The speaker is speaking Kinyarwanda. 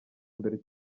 mbere